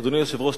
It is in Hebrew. אדוני היושב-ראש,